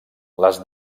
les